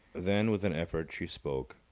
then, with an effort, she spoke.